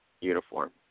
uniform